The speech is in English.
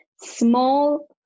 Small